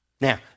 Now